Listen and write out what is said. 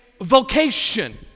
vocation